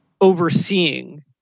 overseeing